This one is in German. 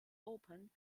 open